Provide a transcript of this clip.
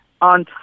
on